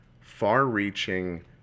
far-reaching